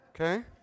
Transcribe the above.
Okay